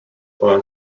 for